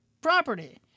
property